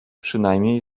przynajmniej